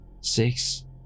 six